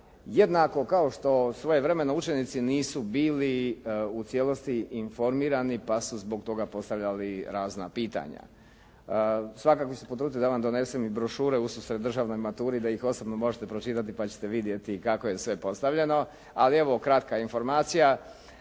jednako kao što svojevremeno učenici nisu bili u cijelosti informirani, pa su zbog toga postavljali razna pitanja. Svakako se potrudite da vam donesem i brošure ususret državnoj maturi da ih osobno možete pročitati pa ćete vidjeti kako je sve postavljeno, ali evo kratka informacija.